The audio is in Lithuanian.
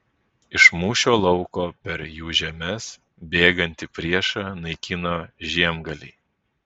iš mūšio lauko per jų žemes bėgantį priešą naikino žiemgaliai